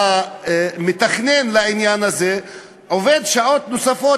המתכנן לעניין הזה עובד שעות נוספות,